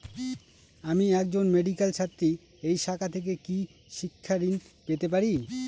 আমি একজন মেডিক্যাল ছাত্রী এই শাখা থেকে কি শিক্ষাঋণ পেতে পারি?